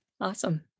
Awesome